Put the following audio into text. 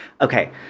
Okay